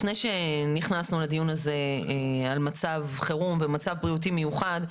לפני שנכנסנו לדיון הזה על מצב חירום ועל מצב בריאותי מיוחד,